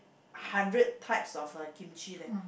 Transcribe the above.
hundred types of kimchi leh